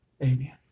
amen